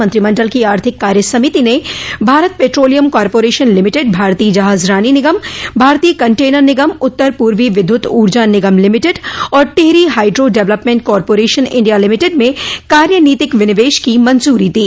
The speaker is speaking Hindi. मंत्रिमण्डल की आर्थिक कार्यसमिति ने भारत पेट्रोलियम कार्पोरेशन लिमिटेड भारतीय जहाजरानी निगम भारतीय कंटेनर निगम उत्तर पूर्वी विद्युत ऊर्जा निगम लिमिटेड और Tehri hydro development corporation India limited में कार्यनीतिक विनिवेश की मंजूरी दी